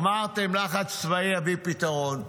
אמרתם "לחץ צבאי יביא פתרון"